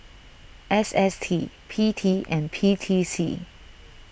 S S T P T and P T C